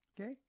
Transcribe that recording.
Okay